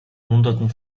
hunderten